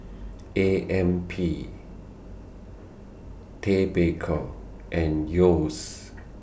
A M P Ted Baker and Yeo's